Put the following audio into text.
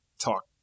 talk